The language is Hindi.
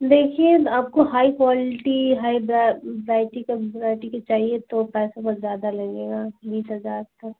देखिए आपको हाई क्वालटी हाई ब्राइटी का बेराइटी की चाहिए तो पैसा बहुत ज़्यादा लगेगा बीस हज़ार तक